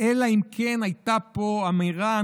אלא אם כן הייתה פה אמירה,